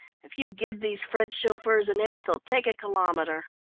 if you give these french chauffeurs an inch they'll take a kilometre.